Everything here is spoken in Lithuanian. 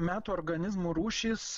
metų organizmų rūšys